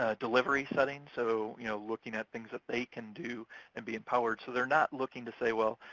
ah delivery setting, so you know looking at things that they can do and be empowered. so they're not looking to say, well,